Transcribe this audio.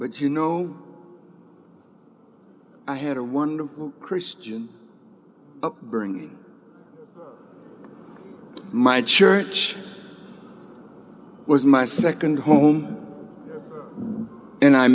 but you know i had a wonderful christian upbringing my church was my nd home and i